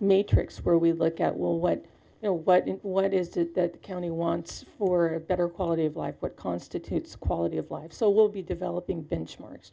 matrix where we look at well what you know what what is it that the county wants for a better quality of life what constitutes quality of life so we'll be developing benchmarks